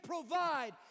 provide